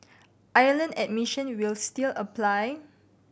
island admission will still apply